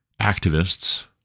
activists